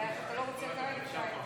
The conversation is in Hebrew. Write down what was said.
(תיקון מס 9, הוראת שעה),